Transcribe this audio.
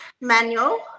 manual